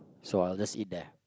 so I'll just eat that